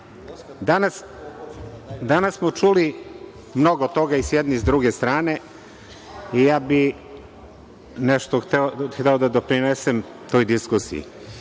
danas smo čuli mnogo toga i sa jedne i sa druge strane i ja bih nešto hteo da doprinesem toj diskusiji.